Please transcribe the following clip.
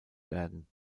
werden